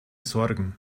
sorgen